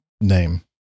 name